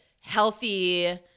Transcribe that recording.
healthy